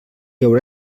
haurà